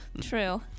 True